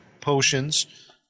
potions